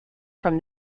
from